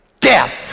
death